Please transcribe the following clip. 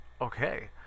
Okay